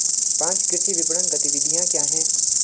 पाँच कृषि विपणन गतिविधियाँ क्या हैं?